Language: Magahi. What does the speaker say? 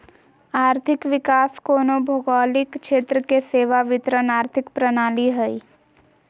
आर्थिक विकास कोनो भौगोलिक क्षेत्र के सेवा वितरण आर्थिक प्रणाली हइ